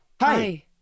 Hi